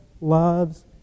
loves